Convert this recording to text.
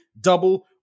double